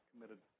committed